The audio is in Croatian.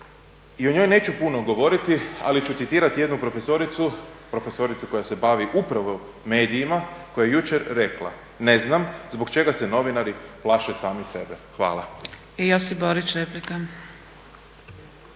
I o njoj neću puno govoriti ali ću citirati jednu profesoricu, profesoricu koja se bavi upravo medijima koja je jučer rekla: "Ne znam zbog čega se novinari plaše sami sebe?" Hvala. **Zgrebec, Dragica